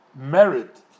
merit